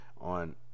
on